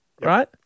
right